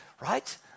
right